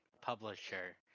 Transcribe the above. publisher